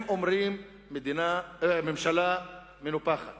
אם אומרים ממשלה מנופחת